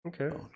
Okay